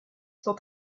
son